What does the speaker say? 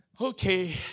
Okay